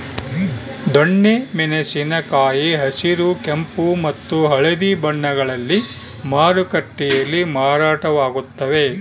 ದೊಣ್ಣೆ ಮೆಣಸಿನ ಕಾಯಿ ಹಸಿರು ಕೆಂಪು ಮತ್ತು ಹಳದಿ ಬಣ್ಣಗಳಲ್ಲಿ ಮಾರುಕಟ್ಟೆಯಲ್ಲಿ ಮಾರಾಟವಾಗುತ್ತವೆ